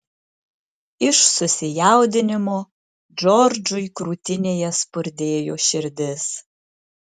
iš susijaudinimo džordžui krūtinėje spurdėjo širdis